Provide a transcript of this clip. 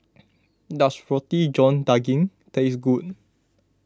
does Roti John Daging taste good